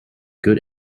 good